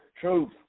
truth